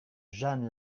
jeanne